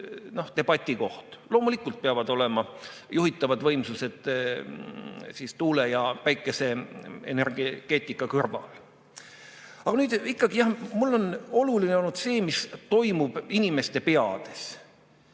debati koht. Loomulikult peavad olema juhitavad võimsused tuule- ja päikeseenergeetika kõrval. Aga ikkagi on minu jaoks oluline olnud see, mis toimub inimeste peades.